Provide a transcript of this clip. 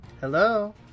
Hello